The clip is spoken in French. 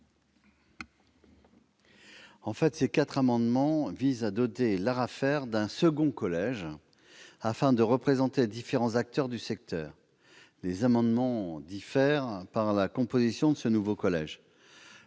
? Ces quatre amendements visent à doter l'ARAFER d'un second collège afin de représenter différents acteurs du secteur. Les amendements diffèrent par la composition de ce nouveau collège.